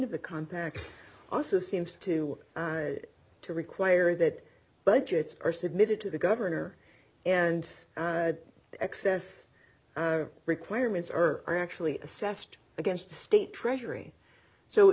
of the compact also seems to work to require that budgets are submitted to the governor and excess requirements are actually assessed against the state treasury so